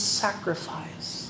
sacrifice